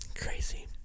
Crazy